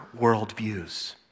worldviews